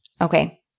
Okay